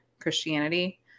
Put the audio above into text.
Christianity